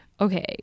Okay